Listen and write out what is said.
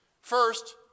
First